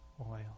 oil